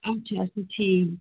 اچھا اچھا ٹھیٖک